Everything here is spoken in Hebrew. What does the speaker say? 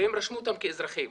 והם רשמו אותם כאזרחים.